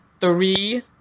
three